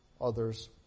others